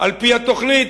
על-פי התוכנית,